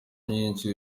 myinshi